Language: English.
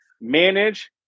manage